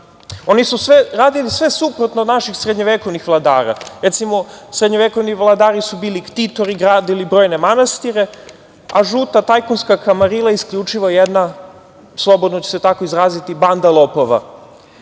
oni radili sve suprotno od naših srednjovekovnih vladara. Recimo, srednjovekovni vladari su bili ktitori, gradili brojne manastire, a žuta tajkunska kamarila isključivo jedna, slobodno ću se tako izraziti, banda lopova.